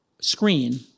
screen